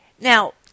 Now